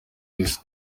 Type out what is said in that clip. isi